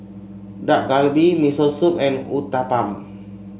Dak Galbi Miso Soup and Uthapam